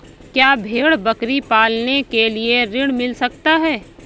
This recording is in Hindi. क्या भेड़ बकरी पालने के लिए ऋण मिल सकता है?